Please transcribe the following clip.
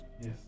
Yes